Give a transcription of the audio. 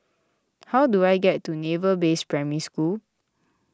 how do I get to Naval Base Primary School